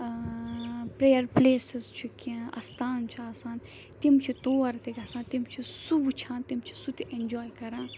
ٲں prayer places چھِ کیٚنٛہہ آستان چھِ آسان تِم چھِ توٗر تہِ گَژھان تِم چھِ سُہ وُچھان تِم چھِ سُہ تہِ ایٚنجواے کَران